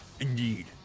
Indeed